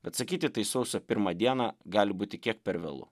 bet sakyti tai sausio pirmą dieną gali būti kiek per vėlu